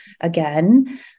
again